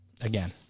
Again